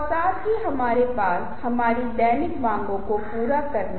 अहंकार रक्षात्मक और व्यवहार आम तौर पर अप्रिय भावनाओं से हमारी रक्षा करते हैं